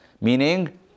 Meaning